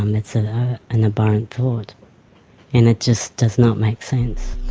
um it's ah an abhorrent thought and it just does not make sense.